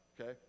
okay